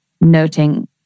noting